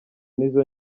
nizo